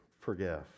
forgive